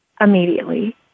immediately